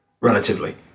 relatively